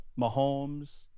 Mahomes